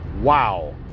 Wow